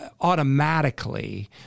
automatically